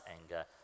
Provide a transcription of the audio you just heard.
anger